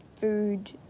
food